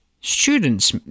students